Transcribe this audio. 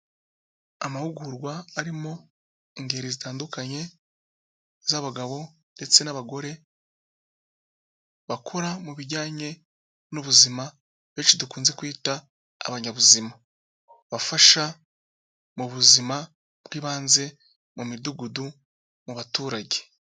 Amahugurwa arimo ingeri zitandukanye z'abagabo ndetse n'abagore, bakora mu bijyanye n'ubuzima benshi dukunze kwita abanyabuzima, bafasha mu buzima bw'ibanze mu midugudu mu baturage.